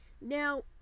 Now